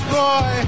boy